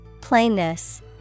Plainness